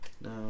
no